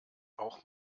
auch